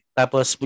tapos